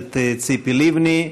הכנסת ציפי לבני.